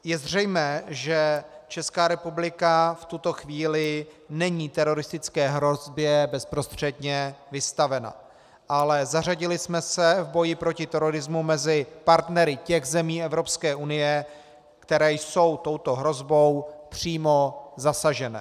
Je zřejmé, že Česká republika v tuto chvíli není teroristické hrozbě bezprostředně vystavena, ale zařadili jsme se v boji proti terorismu mezi partnery těch zemí Evropské unie, které jsou touto hrozbou přímo zasažené.